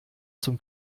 zum